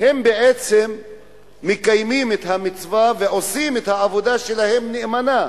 בעצם מקיימים את המצווה ועושים את העבודה שלהם נאמנה.